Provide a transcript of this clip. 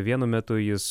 vienu metu jis